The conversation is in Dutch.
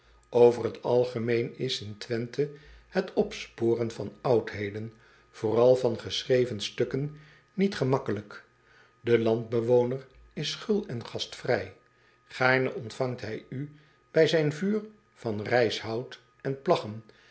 ver t algemeen is in wenthe het opsporen van oudheden vooral van geschreven stukken niet gemakkelijk e landbewoner is gul en gastvrij aarne ontvangt hij u bij zijn vuur van rijshout en